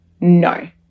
No